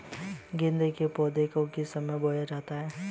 गेंदे के पौधे को किस समय बोया जाता है?